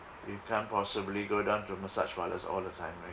you can't possibly go down to massage parlours all the time right